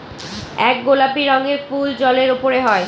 এক গোলাপি রঙের ফুল জলের উপরে হয়